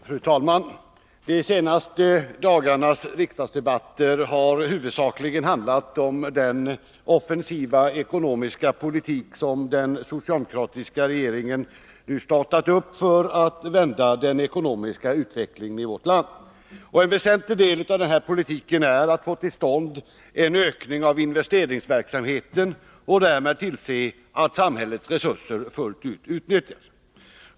Fru talman! De senaste dagarnas riksdagsdebatter har huvudsakligen handlat om den offensiva ekonomiska politik som den socialdemokratiska regeringen nu startat för att vända den ekonomiska utvecklingen i vårt land. En väsentlig del av denna politik syftar till att få till stånd en ökning av investeringsverksamheten och därmed till att samhällets resurser utnyttjas fullt ut.